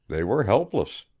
they were helpless.